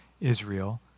Israel